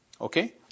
Okay